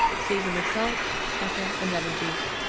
season with salt, pepper and lemon-juice.